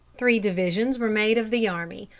three divisions were made of the army,